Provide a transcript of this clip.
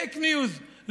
פייק ניוז,